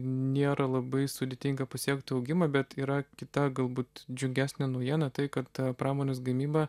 nėra labai sudėtinga pasiekt augimą bet yra kita galbūt džiugesnė naujiena tai kad pramonės gamyba